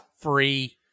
free